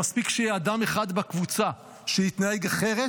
שמספיק שיהיה אדם אחד בקבוצה שיתנהג אחרת,